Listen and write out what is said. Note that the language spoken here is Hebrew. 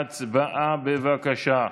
הצבעה, בבקשה.